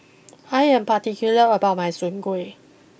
I am particular about my Soon Kuih